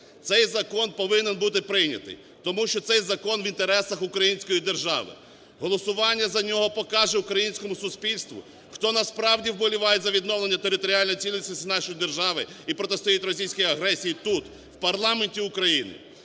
Цей закон повинен бути прийнятий, тому що цей закон в інтересах Української держави, голосування за нього покаже українському суспільству, хто насправді вболіває за відновлення територіальної цілісності нашої держави і протистоїть російській агресії тут, в парламенті України.